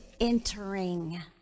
entering